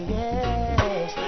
yes